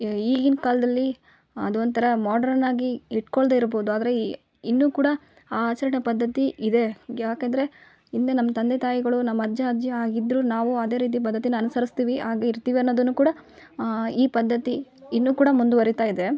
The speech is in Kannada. ಈಗಿನ ಕಾಲದಲ್ಲಿ ಅದೊಂಥರ ಮಾಡ್ರನ್ ಆಗಿ ಇಟ್ಕೋಳ್ದೆ ಇರ್ಬೌದು ಆದರೆ ಈ ಇನ್ನು ಕೂಡ ಆ ಆಚರಣೆ ಪದ್ಧತಿ ಇದೆ ಯಾಕಂದರೆ ಹಿಂದೆ ನಮ್ಮ ತಂದೆ ತಾಯಿಗಳು ನಮ್ಮ ಅಜ್ಜ ಅಜ್ಜಿ ಆಗಿದ್ದರು ನಾವು ಅದೇ ರೀತಿ ಪದ್ಧತಿನ ಅನುಸರಿಸ್ತೀವಿ ಹಾಗೇ ಇರ್ತೀವಿ ಅನ್ನೋದನ್ನು ಕೂಡ ಈ ಪದ್ಧತಿ ಇನ್ನೂ ಕೂಡ ಮುಂದ್ವರಿತಾ ಇದೆ